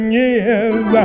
years